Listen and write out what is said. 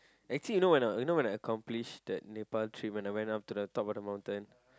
actually you know when I you know when I accomplish that Nepal trip when I went up to the top of the mountain